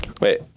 Wait